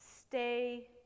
stay